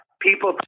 people